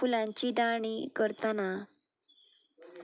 फुलांची दाणी करतना